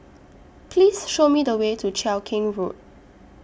Please Show Me The Way to Cheow Keng Road